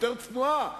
יותר צנועה,